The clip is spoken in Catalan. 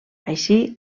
així